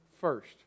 first